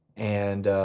and